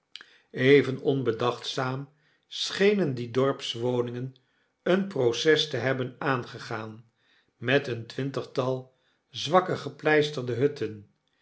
even onbedachtzaam schenen die dorpswoningen een proces te hebben aangegaan met een twintigtal zwakke gepleisterde hutten